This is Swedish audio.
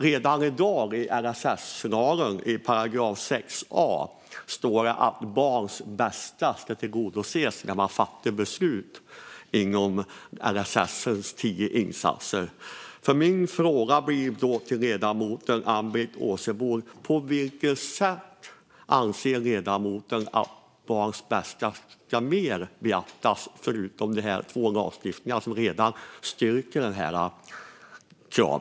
Redan i dag står det i 6 a § LSS att barns bästa ska tillgodoses när man fattar beslut när det gäller de tio insatserna i LSS. Min fråga till Ann-Britt Åsebol blir då: På vilket sätt anser ledamoten att barns bästa ska beaktas, förutom det som redan finns i de två lagar som styrker detta krav?